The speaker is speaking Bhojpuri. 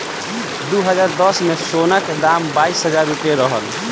दू हज़ार दस में, सोना के दाम बाईस हजार रुपिया रहल